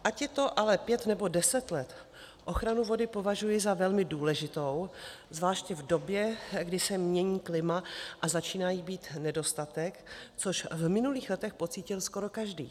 Ať je to ale pět, nebo deset let, ochranu vody považuji za velmi důležitou zvláště v době, kdy se mění klima a začíná jí být nedostatek, což v minulých letech pocítil skoro každý.